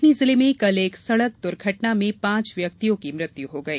कटनी जिले में कल एक सड़क दूर्घटना में पांच व्यक्तियों की मृत्यु हो गई